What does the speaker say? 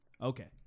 Okay